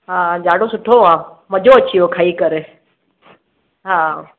हा ॾाढो सुठो आहे मज़ो अची वियो खाई करे हा